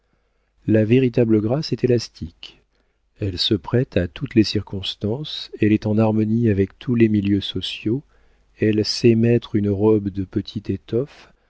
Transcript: la véritable grâce est élastique elle se prête à toutes les circonstances elle est en harmonie avec tous les milieux sociaux elle sait mettre une robe de petite étoffe